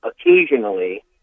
occasionally